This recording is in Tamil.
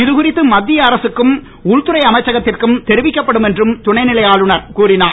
இதுகுறித்து மத்திய அரசுக்கும் உள்துறை அமைச்சகத்திற்கும் தெரிவிக்கப்படும் என்றும் துணைநிலை ஆளுநர் கூறியுள்ளார்